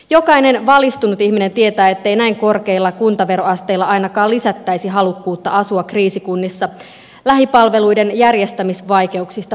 jokainen valistunut ihminen tietää ettei näin korkeilla kuntaveroasteilla ainakaan lisättäisi halukkuutta asua kriisikunnissa lähipalveluiden järjestämisvaikeuksista puhumattakaan